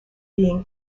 being